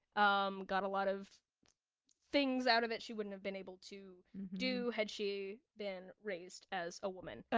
um, got a lot of things out of it she wouldn't have been able to do, had she been raised as a woman.